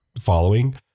following